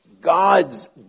God's